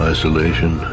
Isolation